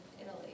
Italy